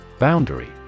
Boundary